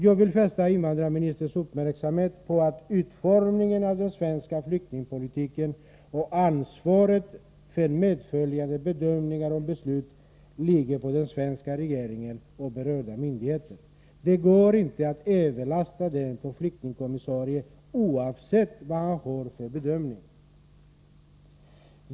Jag vill fästa invandrarministerns uppmärksamhet på att utformningen av den svenska flyktingpolitiken och ansvaret för därav följande bedömningar och beslut ligger på den svenska regeringen och berörda myndigheter. Det går inte att överlasta det på flyktingkommissarien, oavsett vad han har för bedömning.